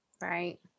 Right